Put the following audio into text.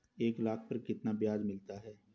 एक लाख पर कितना ब्याज मिलता है?